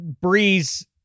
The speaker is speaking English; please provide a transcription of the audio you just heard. Breeze